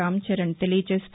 రామ్చరణ్ తెలియజేస్తూ